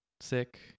sick